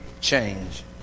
change